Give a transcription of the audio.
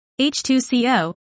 H2CO